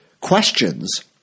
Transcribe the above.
questions